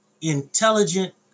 intelligent